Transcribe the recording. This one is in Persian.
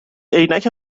عینک